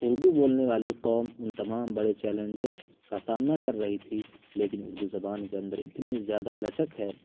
اردو بولنے والی قوم ان تمام بڑے چیلنجوں کا سامنا کر رہی تھی لیکن اردو زبان کے اندر اتنی زیادہ لچک ہے